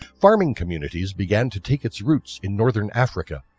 farming communities began to take its roots in northern africa,